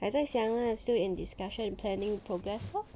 还在想 lah still in discussion in planning progress lor